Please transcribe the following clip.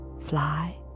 fly